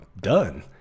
done